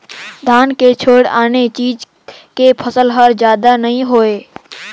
धान के छोयड़ आने चीज के फसल हर जादा नइ होवय